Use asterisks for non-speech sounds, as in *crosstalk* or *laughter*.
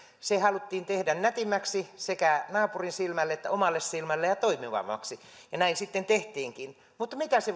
se haluttiin tehdä nätimmäksi sekä naapurin silmälle että omalle silmälle ja toimivammaksi ja näin sitten tehtiinkin mutta mitä se *unintelligible*